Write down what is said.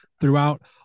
throughout